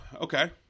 Okay